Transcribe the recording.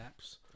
apps